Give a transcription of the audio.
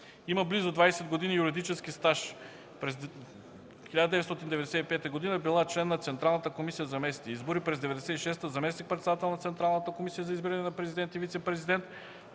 Има близо 20 години юридически стаж. През 1995 г. е била член на Централната комисия за местни избори, а през 1996 г. – заместник-председател на Централната комисия за избиране на президент и вицепрезидент